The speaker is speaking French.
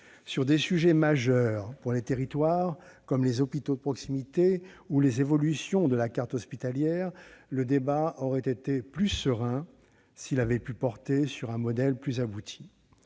Sur des sujets majeurs pour les territoires, comme les hôpitaux de proximité ou les évolutions de la carte hospitalière, le débat aurait été plus serein s'il avait pu porter sur un modèle plus abouti.